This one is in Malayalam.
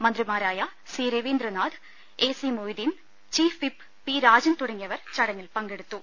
മന്ത്രിമാരായ C Raveendranath A C Moideen chief whip P Rajan തുടങ്ങിയവർ ചടങ്ങിൽ പങ്കെ ടുത്തു